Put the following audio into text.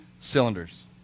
cylinders